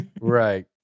Right